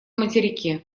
материке